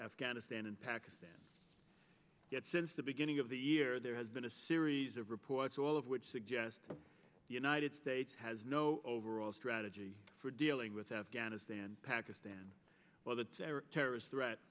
afghanistan and pakistan yet since the beginning of the year there has been a series of reports all of which suggest the united states has no overall strategy for dealing with afghanistan pakistan while the terrorist threat